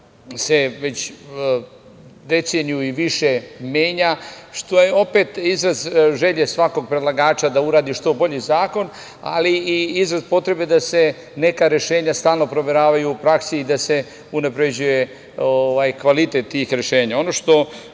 se već deceniju i više menja, što je opet izraz želje svakog predlagača da uradi što bolji zakon, ali i izraz potrebe da se neka rešenja stalno proveravaju u praksi i da se unapređuje kvalitet tih rešenja. Ono